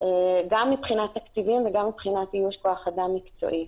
גם מבחינת תקציבים וגם מבחינת איוש כוח אדם מקצועי.